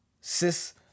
cis